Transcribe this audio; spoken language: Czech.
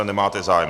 Nemáte zájem.